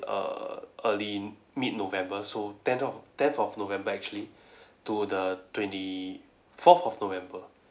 err early in mid november so ten of tenth of november actually to the twenty fourth of november